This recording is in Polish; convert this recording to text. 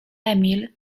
emil